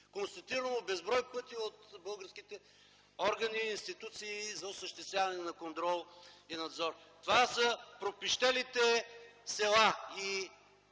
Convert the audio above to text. Констатирано безброй пъти от българските органи, институции за осъществяване на контрол и надзор. Това са пропищелите села и